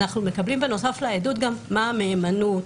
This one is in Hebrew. אנחנו מקבלים בנוסף לעדות גם מה המהימנות.